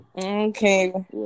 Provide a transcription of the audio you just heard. Okay